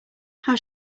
how